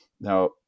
Now